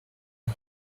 his